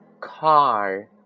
car